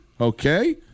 okay